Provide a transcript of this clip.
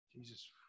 jesus